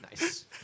Nice